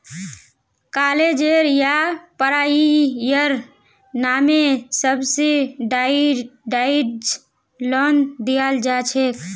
कालेजेर या पढ़ाईर नामे सब्सिडाइज्ड लोन दियाल जा छेक